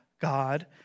God